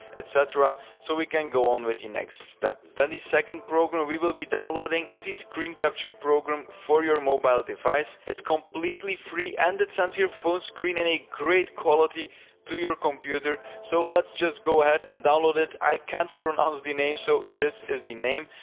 et cetera, so we can go on with the next step. then the second program we will be downloading is a screen capture program for your mobile device. it's completely free and it sends your phone screen in a great quality to your computer. so let's just go ahead and download it. i can't pronounce the name so this is the name,